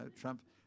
Trump